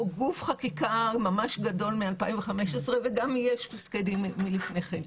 גוף חקיקה גדול מאוד מ-2015 וגם יש פסקי דין לפני כן.